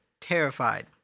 terrified